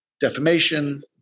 defamation